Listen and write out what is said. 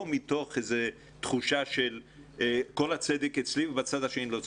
לא מתוך תחושה שכל הצדק אצלי ובצד השני לא צודקים.